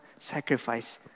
sacrifice